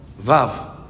Vav